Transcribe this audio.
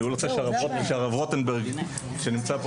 אני הייתי רוצה שהרב רוטנברג שנמצא פה